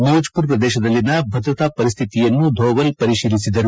ಮೌಜ್ಪುರ್ ಪ್ರದೇಶದಲ್ಲಿನ ಭದ್ರತಾ ಪರಿಸ್ಥಿತಿಯನ್ನು ಧೋವಲ್ ಪರಿಶೀಲಿಸಿದರು